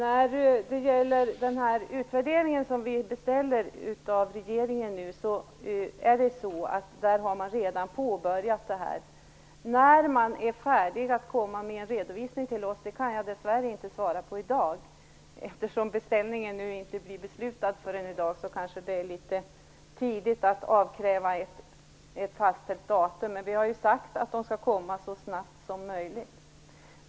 Fru talman! I den utvärdering som vi nu beställer från regeringen har man redan påbörjat detta. När man är färdig att komma med en redovisning till oss kan jag dessvärre inte svara på i dag. Eftersom beställningen inte blir beslutad förrän i dag kanske det är litet tidigt att fastställa ett datum, men vi har ju sagt att den skall komma så snabbt som möjligt.